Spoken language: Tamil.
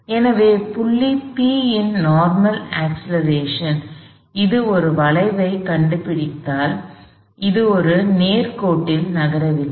எனவே புள்ளி P இன் நார்மல் அக்ஸ்லெரேஷன் அது ஒரு வளைவைக் கண்டுபிடிப்பதால் அது ஒரு நேர் கோட்டில் நகரவில்லை